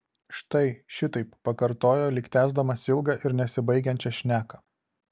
štai šitaip pakartojo lyg tęsdamas ilgą ir nesibaigiančią šneką